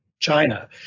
China